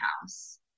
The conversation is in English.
house